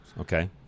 Okay